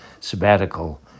sabbatical